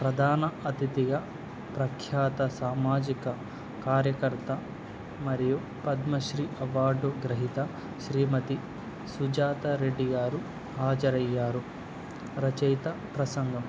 ప్రధాన అతిథిగా ప్రఖ్యాత సామాజిక కార్యకర్త మరియు పద్మశ్రీ అవార్డు గ్రహిత శ్రీమతి సుజాత రెడ్డి గారు హాజరయ్యారు రచయిత ప్రసంగం